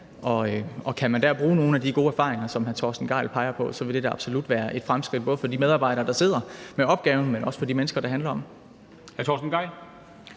Og kan man dér bruge nogle af de gode erfaringer, som hr. Torsten Gejl peger på, så vil det da absolut være et fremskridt både for de medarbejdere, der sidder med opgaven, men også for de mennesker, det handler om.